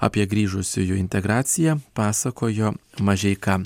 apie grįžusiųjų integraciją pasakojo mažeika